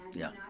yeah.